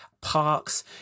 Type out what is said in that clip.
parks